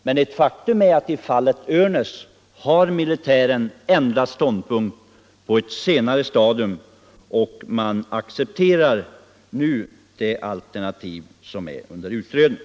I fallet Örnäs är det emellertid ett faktum att militärerna har ändrat ståndpunkt på ett senare stadium och att de nu accepterar det alternativ som är under utredning.